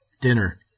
Dinner